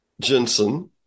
Jensen